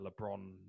LeBron